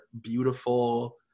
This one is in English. beautiful